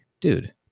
dude